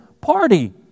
party